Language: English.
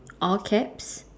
all caps